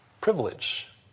privilege